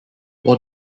while